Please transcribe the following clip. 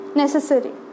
necessary